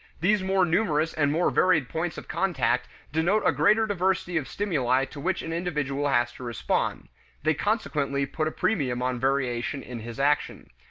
these more numerous and more varied points of contact denote a greater diversity of stimuli to which an individual has to respond they consequently put a premium on variation in his action.